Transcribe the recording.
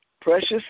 precious